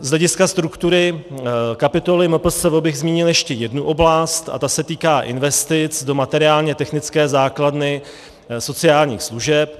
Z hlediska struktury kapitoly MPSV bych zmínil ještě jednu oblast a ta se týká investic do materiálnětechnické základny sociálních služeb.